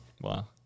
Wow